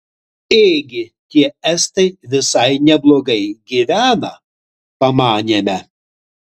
ėgi tie estai visai neblogai gyvena pamanėme